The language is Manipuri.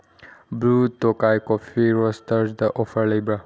ꯕ꯭ꯂꯨ ꯇꯣꯀꯥꯏ ꯀꯣꯐꯤ ꯔꯣꯁꯇꯔꯗ ꯑꯣꯐꯔ ꯂꯩꯕ꯭ꯔꯥ